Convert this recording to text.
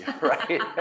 Right